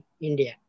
India